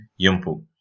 yumpu